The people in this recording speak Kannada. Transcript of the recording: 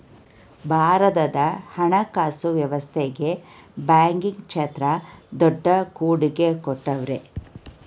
ಭಾರತದ ಹಣಕಾಸು ವ್ಯವಸ್ಥೆಗೆ ಬ್ಯಾಂಕಿಂಗ್ ಕ್ಷೇತ್ರ ದೊಡ್ಡ ಕೊಡುಗೆ ಕೊಟ್ಟವ್ರೆ